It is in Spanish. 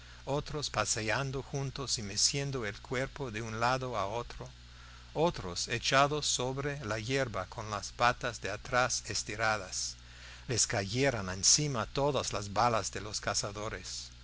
otros paseando juntos y meciendo el cuerpo de un lado a otro otros echados sobre la yerba con las patas de atrás estiradas les cayeron encima todas las balas de los cazadores